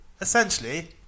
Essentially